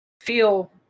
feel